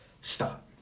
Stop